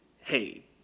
hey